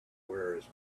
whereas